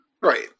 Right